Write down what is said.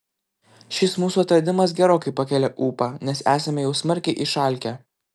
šis mūsų atradimas gerokai pakelia ūpą nes esame jau smarkiai išalkę